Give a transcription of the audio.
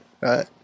Right